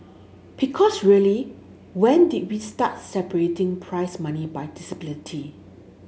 because really when did we start separating prize money by disability